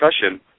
discussion